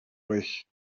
euch